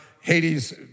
Hades